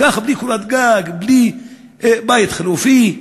ככה, בלי קורת גג, בלי בית חלופי?